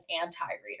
anti-reader